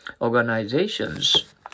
organizations